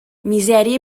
misèria